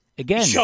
Again